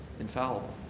infallible